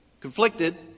conflicted